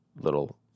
little